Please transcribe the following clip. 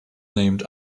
named